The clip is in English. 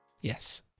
Yes